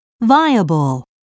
viable